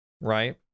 Right